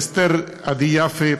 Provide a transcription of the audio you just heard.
אסתר עדי-יפה,